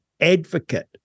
advocate